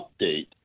update